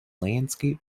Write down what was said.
landscape